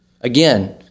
Again